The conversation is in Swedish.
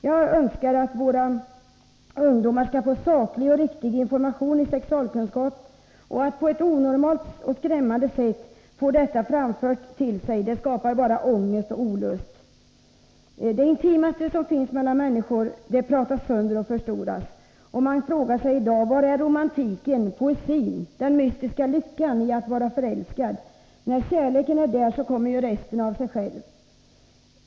Jag önskar att våra ungdomar skall få saklig och riktig information i sexualkunskap i skolan. Att på ett onormalt och skrämmande sätt få ett budskap framfört till sig skapar bara ångest och olust. Det intimaste som finns mellan två människor pratas sönder och förstoras. Man frågar sig i dag: Var är romantiken, poesin, den mystiska lyckan i att vara förälskad? När kärleken finns kommer resten av sig självt.